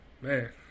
man